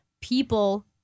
people